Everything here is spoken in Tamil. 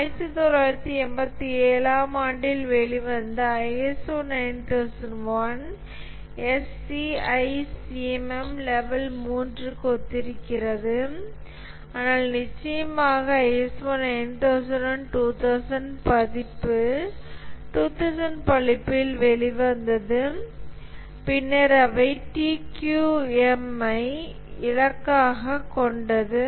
ஆகவே 1987 ஆம் ஆண்டில் வெளிவந்த ISO 9001 SEI CMM லெவல் 3 க்கு ஒத்திருக்கிறது ஆனால் நிச்சயமாக ISO 9001 2000 பதிப்பு 2000 பதிப்பில் வெளிவந்தது பின்னர் அவை TQM ஐ இலக்கு ஆக கொண்டது